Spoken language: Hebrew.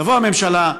תבוא הממשלה,